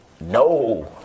No